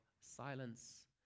silence